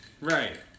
Right